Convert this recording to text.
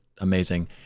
amazing